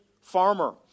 farmer